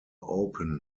open